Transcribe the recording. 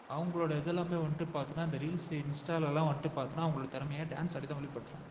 அவங்களோட இதெல்லாமே வந்துட்டு பார்த்தோன்னா இந்த ரீல்ஸ்ஸு இன்ஸ்டாலெல்லாம் வந்துட்டு பார்த்தோன்னா அவங்களோட திறமைய டான்ஸ் ஆடி தான் வெளிப்படுத்துகிறாங்க